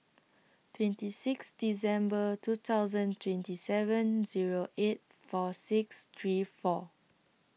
twenty six December two thousand twenty seven Zero eight four six three four